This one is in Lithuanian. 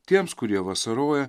tiems kurie vasaroja